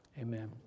amen